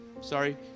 sorry